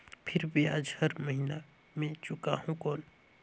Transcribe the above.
फिर ब्याज हर महीना मे चुकाहू कौन?